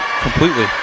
completely